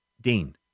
dean